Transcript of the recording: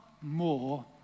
more